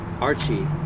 Archie